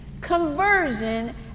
conversion